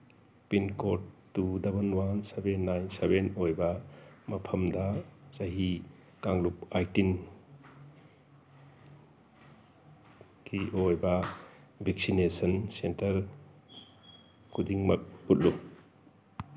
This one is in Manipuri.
pin code two double one seven nine seven ꯑꯣꯏꯕ ꯃꯐꯝꯗ ꯆꯍꯤ ꯀꯥꯡꯂꯨꯞ ꯑꯥꯏꯇꯤꯟꯀꯤ ꯑꯣꯏꯕ ꯚꯦꯛꯁꯤꯅꯦꯁꯟ ꯁꯦꯟꯇꯔ ꯈꯨꯗꯤꯡꯃꯛ ꯎꯠꯂꯨ